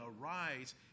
arise